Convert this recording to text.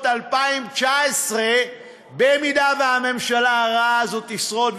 2019 במידה שהממשלה הרעה הזו תשרוד,